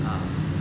ah